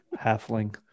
halfling